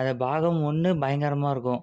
அது பாகம் ஒன்று பயங்கரமாக இருக்கும்